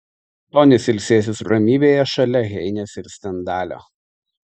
tonis ilsėsis ramybėje šalia heinės ir stendalio